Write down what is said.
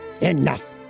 Enough